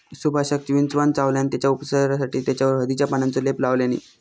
सुभाषका विंचवान चावल्यान तेच्या उपचारासाठी तेच्यावर हळदीच्या पानांचो लेप लावल्यानी